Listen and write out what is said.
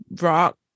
rock